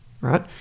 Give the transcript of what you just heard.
right